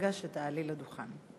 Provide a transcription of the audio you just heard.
מרגע שתעלי לדוכן.